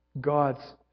God's